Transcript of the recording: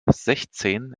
sechzehn